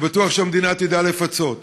אני בטוח שהמדינה תדע לפצות.